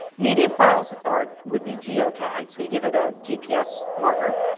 media files are, would be geo tagged, so you give it a gps marker.